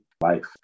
life